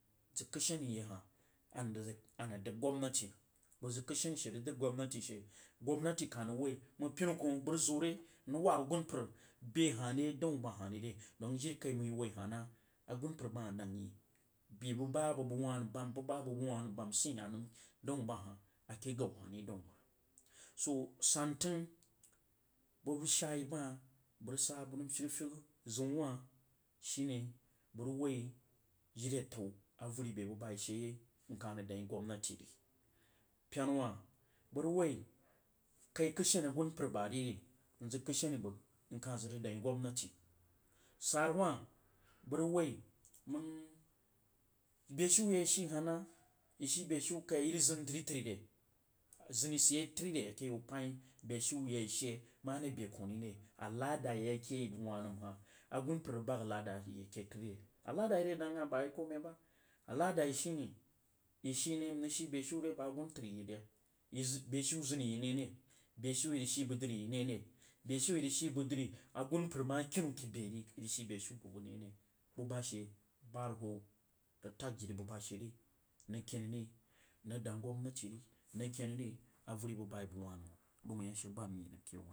Zəg kəishani yi ahah anəng dad zəg anang dad zəg dəg gwabnati nang zəg kəishani she rig dəg gwabnati she sheh gwabnati kah rig woi mang pinu kwoh bəg rig zon re mrig wab agunpər bəg hah re daun ba hah reh dong jivikaimang yi woi hah na agunpər bah hah dan yo bubah a bəg bəg wah nəm bam sih hah nəm daun bahah ake gau hah ri daun ahah so san kəng bubəg shaa yi bah hah saa buh nəm fyagha fyagha ziun wah shine bəg rig woi jiri atau aver bye bubah a yi she yai mkah rig dang yi gwabnati re pena wah bəg rig woi kai kəishani agunpəri bah ri mzəg kəishani bəg mkah zəg rig dang yi gwabnati sar wah bəg rig woi wang beshiu yi a yi shii hah na yi shi beshiu kaí yo rig zən dri tri re? Zəni sid a yai tru re? Ake yau pəin beshiu yi a yi sheh mare bedkuh ri aláda yi ake yi bəg wah nəm agunpər rig bag alada ye ke tru re? Alada a yi rig dang hah bawai kome ba alada yi shine yi shunne mrig shii beshiu re bəg agunpər yi re u. Zəg beshiu zəni yi neh re? Beshiu yi shii bəg dri yi neh re? Beshiu ri ʒhii bəg dri agunpər ma kiinu ke bəg yi ri yi rig shine beshiu bubəg ne re? Bubah she bahoruhou rig tag jiri bubah she ri rig kenah re mrig dang gwabnati yi nəg kenah ri averi bəg bai bəg wah nəm buh mai ashe bala mrig dang ake yau wah ri.